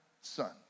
son